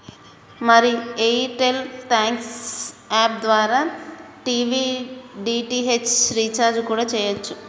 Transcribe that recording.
మరి Airtel thanks app ద్వారా TV DTH recharge కూడా సెయ్యవచ్చు